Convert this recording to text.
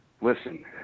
Listen